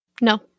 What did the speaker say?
No